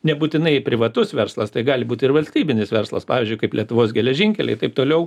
nebūtinai privatus verslas tai gali būt ir valstybinis verslas pavyzdžiui kaip lietuvos geležinkeliai taip toliau